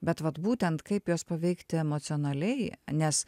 bet vat būtent kaip juos paveikti emocionaliai nes